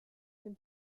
dem